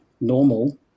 normal